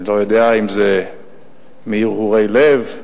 אני לא יודע אם זה מהרהורי לב,